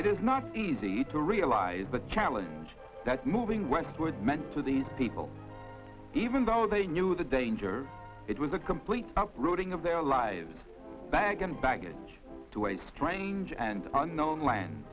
it is not easy to realize the challenge that moving westward meant to these people even though they knew the danger it was a complete routing of their lives bag and baggage to a strange and unknown land